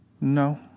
No